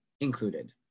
included